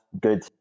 good